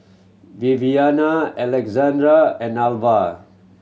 Viviana Alessandra and Alvah